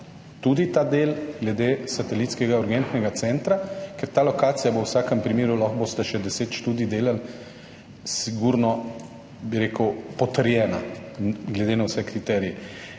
tudi ta del glede satelitskega urgentnega centra, ker ta lokacija bo v vsakem primeru, lahko boste še deset študij delali, sigurno, bi rekel, potrjena, glede na vse kriterije.